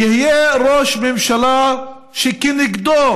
יהיה ראש ממשלה שכנגדו